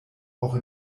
auch